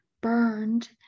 burned